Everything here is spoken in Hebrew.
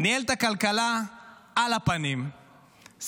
ניהל את הכלכלה על הפנים,